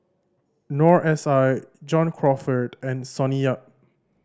Noor S I John Crawfurd and Sonny Yap